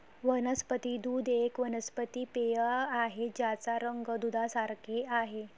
वनस्पती दूध एक वनस्पती पेय आहे ज्याचा रंग दुधासारखे आहे